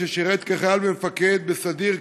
ששירת כחייל ומפקד בסדיר,